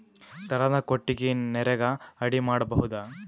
ದನದ ಕೊಟ್ಟಿಗಿ ನರೆಗಾ ಅಡಿ ಮಾಡಬಹುದಾ?